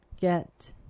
Get